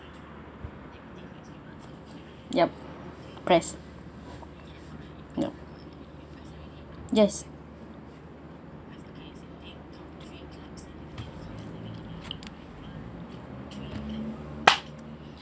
yup press yup yes